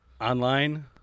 Online